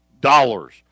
dollars